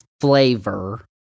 flavor